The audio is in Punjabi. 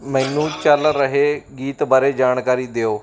ਮੈਨੂੰ ਚੱਲ ਰਹੇ ਗੀਤ ਬਾਰੇ ਜਾਣਕਾਰੀ ਦਿਓ